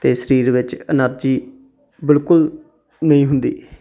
ਅਤੇ ਸਰੀਰ ਵਿੱਚ ਐਨਰਜੀ ਬਿਲਕੁਲ ਨਹੀਂ ਹੁੰਦੀ